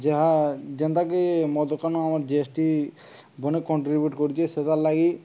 ଯାହା ଯେନ୍ତାକି ମୋ ଦୋକାନରୁ ଆମର ଜି ଏସ୍ ଟି ବନେ କଣ୍ଟ୍ରିବ୍ୟୁଟ୍ କରୁଛେ ସେଥିର୍ ଲାଗି